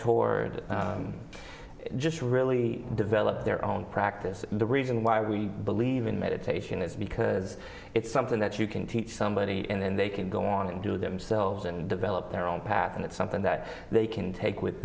mentor just really develop their own practice the reason why we believe in meditation is because it's something that you can teach somebody and they can go on and do themselves and develop their own path and it's something that they can take with